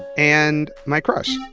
and my crush.